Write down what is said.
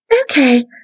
Okay